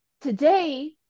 Today